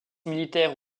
militaires